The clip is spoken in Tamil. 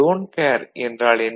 டோன்ட் கேர் என்றால் என்ன